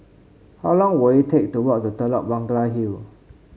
how long will it take to walk to Telok Blangah Hill